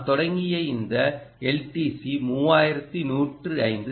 நாம் தொடங்கிய இந்த LTC 3105